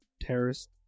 Terrorist